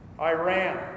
Iran